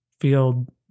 field